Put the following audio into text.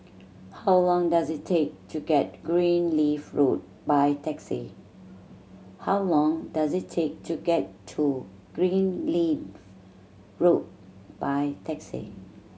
how long does it take to get Greenleaf Road by taxi